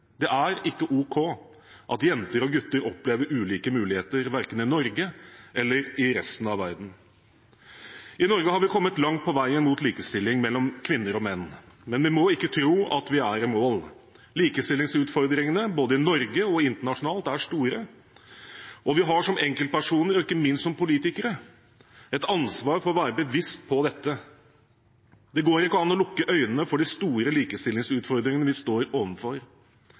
Det er ikke ok at jenter og gutter opplever ulike muligheter verken i Norge eller i resten av verden. I Norge har vi kommet langt på veien mot likestilling mellom kvinner og menn, men vi må ikke tro at vi er i mål. Likestillingsutfordringene både i Norge og internasjonalt er store, og vi har som enkeltpersoner og ikke minst som politikere et ansvar for å være bevisst på dette. Det går ikke an å lukke øynene for de store likestillingsutfordringene vi står